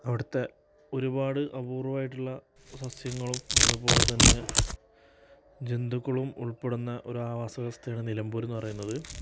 അവിടുത്തെ ഒരുപാട് അപൂർവ്വമായിട്ടുള്ള സസ്യങ്ങളും അതുപോലെത്തന്നെ ജന്തുക്കളും ഉൾപ്പെടുന്ന ഒരു ആവാസ വ്യവസ്ഥയാണ് നിലമ്പൂരെന്ന് പറയുന്നത്